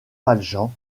valjean